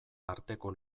arteko